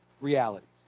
realities